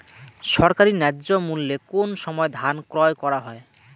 সরকারি ন্যায্য মূল্যে কোন সময় ধান ক্রয় করা হয়?